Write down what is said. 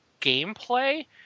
gameplay